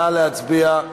נא להצביע.